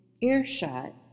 earshot